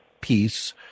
Peace